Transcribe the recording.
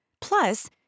Plus